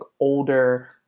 older